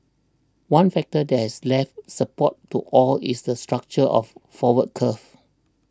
one factor that has lent support to oil is the structure of forward curve